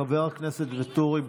חבר הכנסת ואטורי,